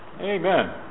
Amen